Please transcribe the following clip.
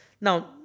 Now